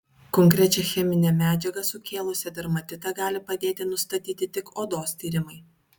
konkrečią cheminę medžiagą sukėlusią dermatitą gali padėti nustatyti tik odos tyrimai